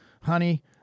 Honey